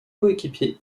coéquipiers